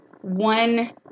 one